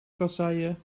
kasseien